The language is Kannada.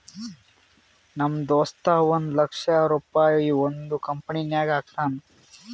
ನಮ್ ದೋಸ್ತ ಒಂದ್ ಲಕ್ಷ ರುಪಾಯಿ ಒಂದ್ ಕಂಪನಿನಾಗ್ ಹಾಕ್ಯಾನ್